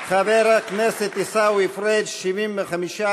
חבר הכנסת עיסאווי פריג' 75,